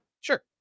Sure